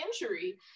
injury